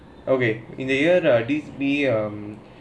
okay in the year right this [pe] um